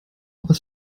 was